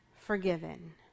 forgiven